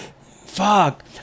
Fuck